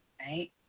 right